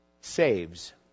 saves